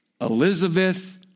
Elizabeth